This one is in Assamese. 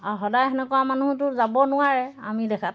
আৰু সদায় তেনেকুৱা মানুহতো যাব নোৱাৰে আমি দেখাত